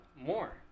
more